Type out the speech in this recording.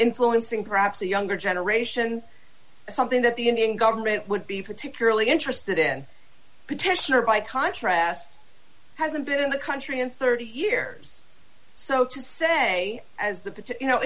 influencing perhaps a younger generation something that the indian government would be particularly interested in petitioner by contrast hasn't been in the country in thirty years so to say as the